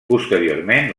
posteriorment